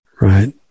right